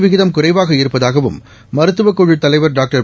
விகிதம் குறைவாக இருப்பதாகவும் மருத்துவக் குழுத் தலைவா டாக்டா்